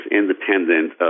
independent